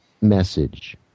message